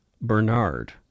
Bernard